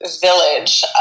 village